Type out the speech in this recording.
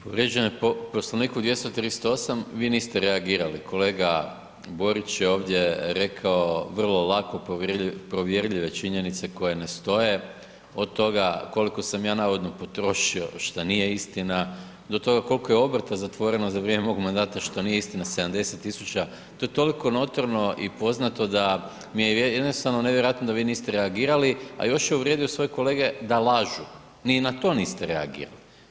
Povrijeđen je Poslovnik u 238., vi niste reagirali, kolega Borić je ovdje rekao vrlo lako provjerljive činjenice koje ne stoje od toga koliko sam ja navodno potrošio, što nije istina, do toga koliko je obrta zatvoreno za vrijeme mog mandata, što nije istina, 70 000, to je toliko notorno i poznato da mi je jednostavno nevjerojatno da vi niste reagirali a još je uvrijedio svoje kolege da lažu, ni na to niste reagirali.